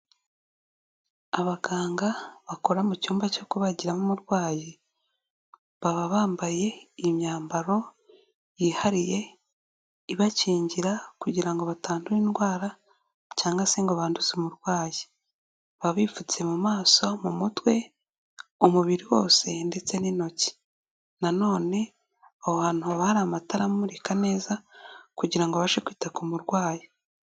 Abaganga bakora mu cyumba cyo kubagiramo umurwayi baba bambaye imyambaro yihariye ibakingira kugira ngo batandura indwara cyangwa se ngo banduze umurwayi baba bipfutse mu maso, mu mutwe, umubiri wose ndetse n'intoki. Na none aho hantu haba hari amatara amurika neza kugira abashe kwita ku murwayi.